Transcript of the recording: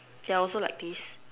they are also like this